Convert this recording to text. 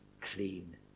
clean